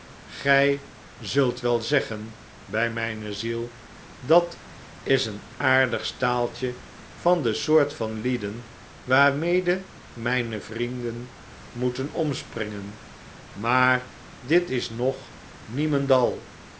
gij zult wel zeggen bij mijne ziel dat is een aardig staaltje van de soort van lieden waarmede mijne vrienden moeten omspringen maar dit is nog niemendal